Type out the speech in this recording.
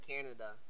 Canada